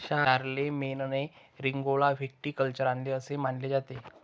शारलेमेनने रिंगौला व्हिटिकल्चर आणले असे मानले जाते